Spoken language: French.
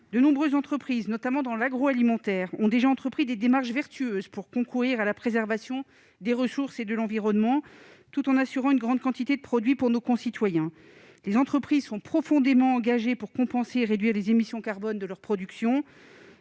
De nombreuses entreprises, notamment dans l'agroalimentaire, se sont déjà engagées dans des démarches vertueuses en vue de la préservation des ressources et de l'environnement, tout en assurant une grande qualité des produits destinés à nos concitoyens. Les entreprises sont profondément engagées pour compenser et réduire les émissions de leurs productions